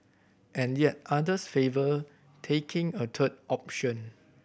and yet others favour taking a third option